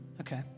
Okay